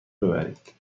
ببرید